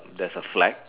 there's a flag